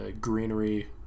greenery